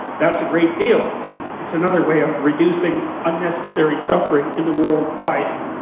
that's a great deal. and it's another way of reducing unnecessary suffering in the world by,